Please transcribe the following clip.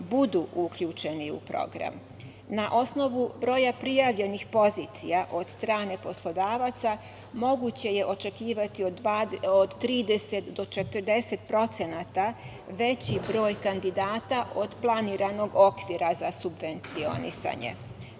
budu uključeni u program. Na osnovu broja prijavljenih pozicija, od strane poslodavaca, moguće je očekivati od 30 do 40% veći broj kandidata od planiranog okvira za subvencionisanje.